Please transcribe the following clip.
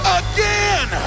again